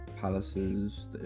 palaces